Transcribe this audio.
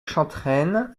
chantrenne